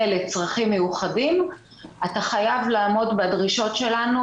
לאנשים עם צרכים מיוחדים אתה חייב לעמוד בדרישות שלנו.